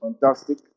Fantastic